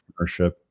Entrepreneurship